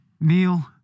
Neil